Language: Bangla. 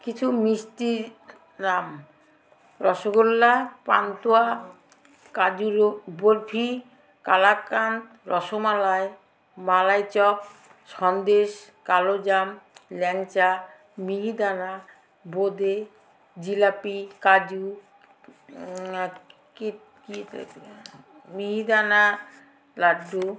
কিছু মিষ্টি নাম রসগোল্লা পান্তুয়া কাজুর বরফি কালাকাঁদ রসমালাই মালাইচপ সন্দেশ কালো জাম ল্যাংচা মিহিদানা বোঁদে জিলাপি কাজু মিহিদানা লাড্ডু